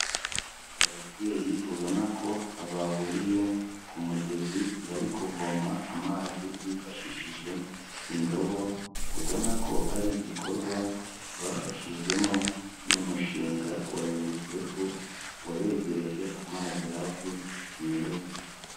Ababyeyi ubona ko bahuriye ku mugezi, bari kuvoma amazi bifashishije indobo, ubona ko ari igikorwa bafashijwemo n'umushinga wa UNICEF, wabegereje amazi hafi meza.